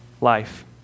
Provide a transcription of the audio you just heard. life